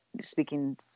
speaking